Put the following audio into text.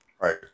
Right